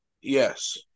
Yes